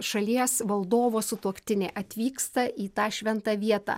šalies valdovo sutuoktinė atvyksta į tą šventą vietą